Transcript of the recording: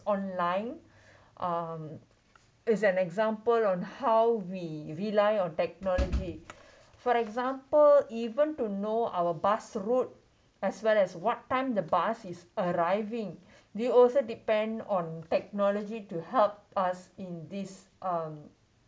online um is an example on how we rely on technology for example even to know our bus route as well as what time the bus is arriving they also depend on technology to help us in this um